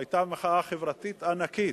היתה מחאה חברתית ענקית.